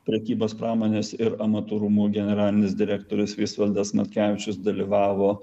prekybos pramonės ir amatų rūmų generalinis direktorius visvaldas matkevičius dalyvavo